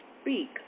speak